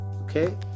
Okay